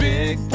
Big